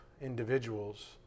individuals